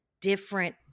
different